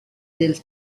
del